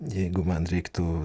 jeigu man reiktų